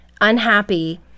unhappy